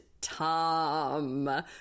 Tom